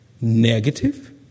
negative